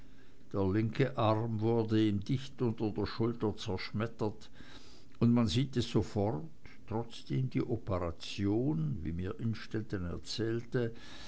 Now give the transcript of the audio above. der linke arm wurde ihm dicht unter der schulter zerschmettert und man sieht es sofort trotzdem die operation wie mir innstetten erzählt